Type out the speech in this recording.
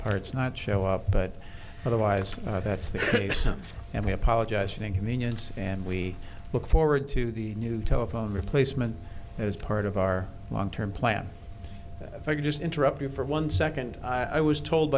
parts not show up but otherwise that's the case and we apologize an inconvenience and we look forward to the new telephone replacement as part of our long term plan if i could just interrupt you for one second i was told